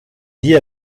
liés